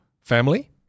family